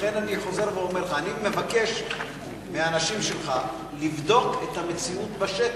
לכן אני חוזר ואומר לך: אני מבקש מהאנשים שלך לבדוק את המציאות בשטח.